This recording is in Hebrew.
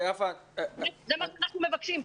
זה מה שאנחנו מבקשים.